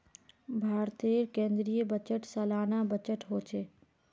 भारतेर केन्द्रीय बजट सालाना बजट होछे